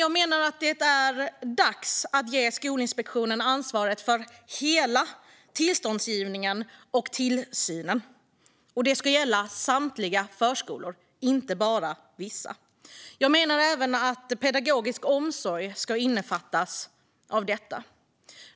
Jag menar att det är dags att ge Skolinspektionen ansvaret för hela tillståndsgivningen och tillsynen. Det ska gälla samtliga förskolor, inte bara vissa. Jag menar även att pedagogisk omsorg ska omfattas av detta.